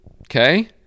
okay